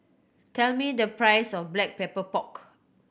tell me the price of Black Pepper Pork